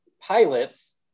pilots